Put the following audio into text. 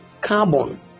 carbon